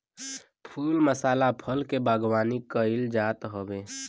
फूल मसाला फल के बागवानी कईल जात हवे